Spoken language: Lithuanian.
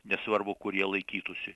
nesvarbu kur jie laikytųsi